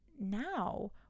now